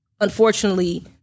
unfortunately